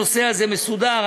הנושא הזה מסודר.